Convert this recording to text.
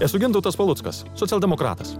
esu gintautas paluckas socialdemokratas